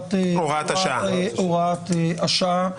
תקופת הוראת השעה.